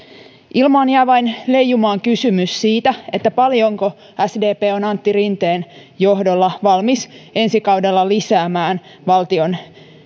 ilmaan jää vain leijumaan kysymys siitä paljonko sdp on antti rinteen johdolla valmis ensi kaudella lisäämään valtion